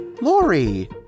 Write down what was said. Lori